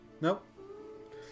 Nope